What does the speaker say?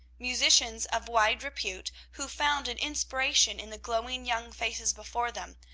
musicians of wide repute, who found an inspiration in the glowing young faces before them,